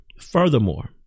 Furthermore